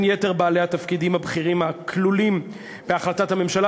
מינוי יתר בעלי התפקידים הבכירים הכלולים בהחלטת הממשלה.